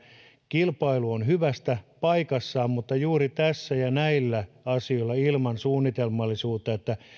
kilpailu on hyvästä paikallaan mutta juuri tässä ja näillä asioilla ilman suunnitelmallisuutta